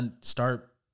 start